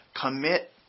commit